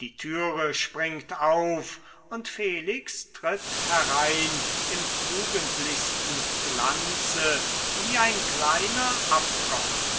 die türe springt auf und felix tritt herein im jugendlichsten glanze wie ein kleiner abgott